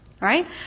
Right